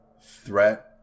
threat